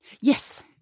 Yes